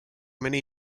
many